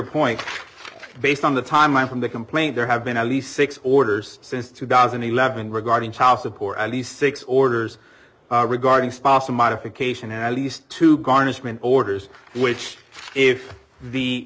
point based on the timeline from the complaint there have been at least six orders since two thousand and eleven regarding child support on these six orders regarding spouse modification at least two garnishment orders which if the